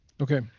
Okay